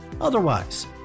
Otherwise